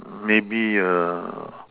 maybe err